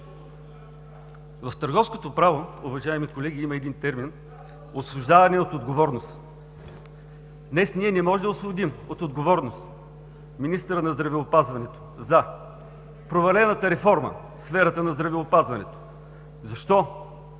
В търговското право, уважаеми колеги, има термин „освобождаване от отговорност“. Днес ние не можем да освободим от отговорност министъра на здравеопазването за провалената реформа в сферата на здравеопазването. Защо?